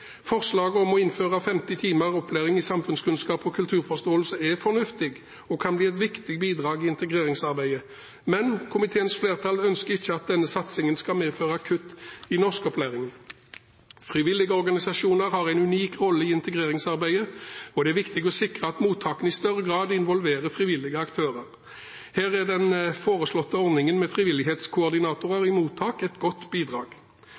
Forslaget om å innføre 50 timer opplæring i samfunnskunnskap og kulturforståelse er fornuftig og kan bli et viktig bidrag i integreringsarbeidet. Men komiteens flertall ønsker ikke at denne satsingen skal medføre kutt i norskopplæringen. Frivillige organisasjoner har en unik rolle i integreringsarbeidet, og det er viktig å sikre at mottakene i større grad involverer frivillige aktører. Her er den foreslåtte ordningen med frivillighetskoordinatorer i mottak et godt bidrag.